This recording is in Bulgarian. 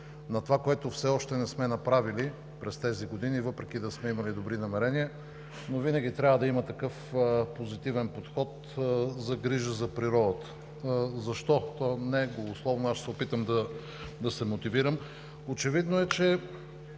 на това, което все още не сме направили през тези години, въпреки че сме имали добри намерения, но винаги трябва да има такъв позитивен подход към грижата за природата. Защо? Казаното не е голословно, ще се опитам да се мотивирам. Очевидно е, че